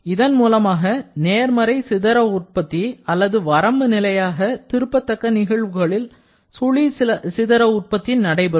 இதன் மூலமாக நேர்மறை சிதற உற்பத்தி அல்லது வரம்பு நிலையாக திருப்பத்தக்க நிகழ்வுகளில் சுழி சிதற உற்பத்தி நடைபெறும்